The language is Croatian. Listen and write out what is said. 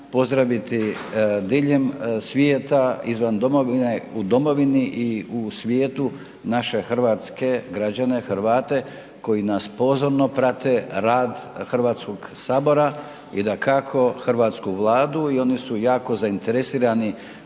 pozdraviti diljem svijeta izvan domovine, u domovini i u svijetu naše hrvatske građane Hrvate koji nas pozorno prate, rad Hrvatskog sabora i dakako Hrvatsku vladu i oni su jako zainteresirani